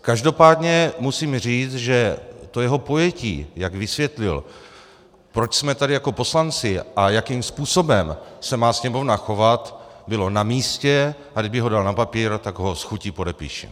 Každopádně musím říct, že to jeho pojetí, jak vysvětlil, proč jsme tady jako poslanci a jakým způsobem se má Sněmovna chovat, bylo namístě, a kdyby ho dal na papír, tak ho s chutí podepíšu.